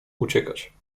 uciekać